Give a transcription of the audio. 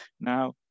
Now